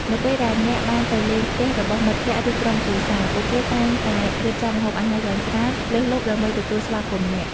នៅពេលដែលអ្នកបានទៅលេងផ្ទះរបស់មិត្តភក្តិឬក្រុមគ្រួសារ ពួកគេតែងតែរៀបចំម្ហូបអាហារយ៉ាងច្រើនលើសលប់ដើម្បីទទួលស្វាគមន៍អ្នក។